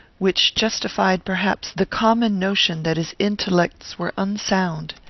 which justified, perhaps, the common notion that his intellects were unsound.